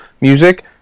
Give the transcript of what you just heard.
music